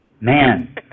Man